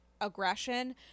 aggression